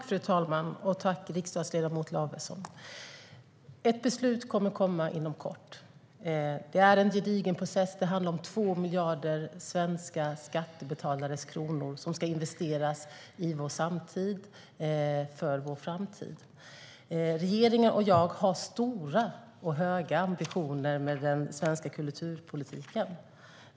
Fru talman! Tack, riksdagsledamot Lavesson! Ett beslut kommer att komma inom kort. Det är en gedigen process. Det handlar om 2 miljarder kronor från svenska skattebetalare, och de pengarna ska investeras i vår samtid för vår framtid. Regeringen och jag har stora och höga ambitioner med den svenska kulturpolitiken.